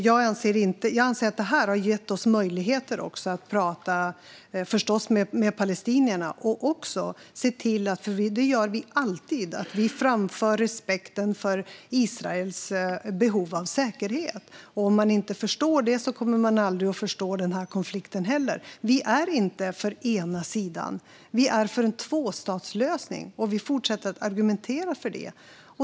Jag anser att detta har gett oss möjligheter att prata med palestinierna och också, som vi alltid gör, framföra respekten för Israels behov av säkerhet. Om man inte förstår detta kommer man aldrig att förstå konflikten heller. Vi är inte för den ena sidan. Vi är för en tvåstatslösning, och vi fortsätter att argumentera för det.